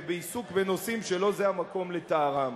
בעיסוק בנושאים שלא זה המקום לתארם.